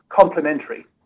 complementary